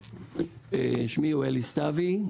שמי אלי שלום סתווי,